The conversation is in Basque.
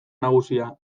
nagusia